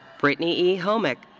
brittany e. homick.